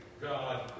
God